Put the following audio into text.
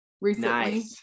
recently